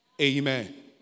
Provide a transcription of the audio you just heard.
Amen